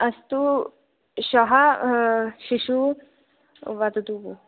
अस्तु श्वः शिशुः वदतु भोः